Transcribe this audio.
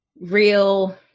real